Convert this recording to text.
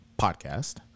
podcast